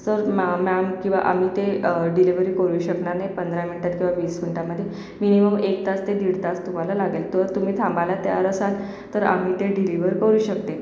sir ma'am किंवा आम्ही ते डिलेव्हरी करू शकणार नाही पंधरा मिनिटात किंवा वीस मिनिटामध्ये मिनीमम एक तास ते दीड तास तुम्हाला लागेल तर तुम्ही थांबायला तयार असाल तर आम्ही ते डिलिव्हर करू शकते